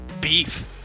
Beef